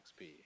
XP